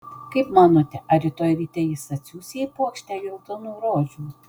kaip manote ar rytoj ryte jis atsiųs jai puokštę geltonų rožių